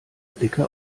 blicke